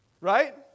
Right